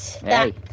Hey